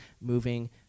moving